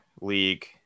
league